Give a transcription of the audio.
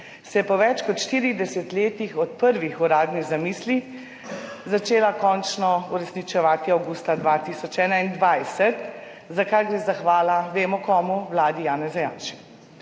se je po več kot štirih desetletjih od prvih uradnih zamisli začela končno uresničevati avgusta 2021, za kar gre zahvala – vemo komu – vladi Janeza Janše.